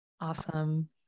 Awesome